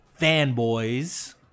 fanboys